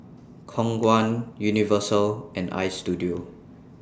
Khong Guan Universal and Istudio